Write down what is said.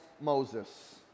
Moses